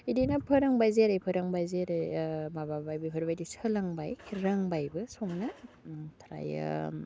बिदिनो फोरोंबाय जेरै फोरोंबाय जेरै माबाबाय बेफोरबायदि सोलोंबाय रोंबायबो संनो ओमफ्रायो